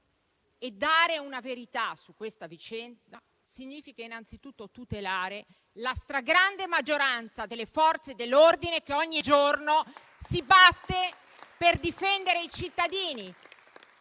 e dare una verità su questa vicenda significa innanzitutto tutelare la stragrande maggioranza delle Forze dell'ordine, che ogni giorno si batte per difendere i cittadini.